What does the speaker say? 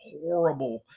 horrible